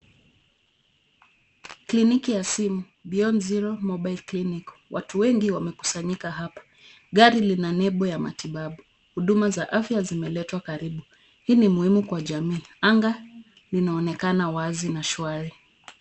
Kliniki ya simu, Beyond Zero Mobile Clinic. Watu wengi wamekusanyika hapa. Gari lina nembo ya matibabu. Huduma za afya zimeletwa karibu. Hii ni muhimu kwa jamii. Anga linaonekana wazi na shwari.